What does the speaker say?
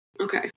Okay